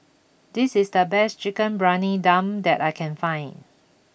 this is the best Chicken Briyani Dum that I can find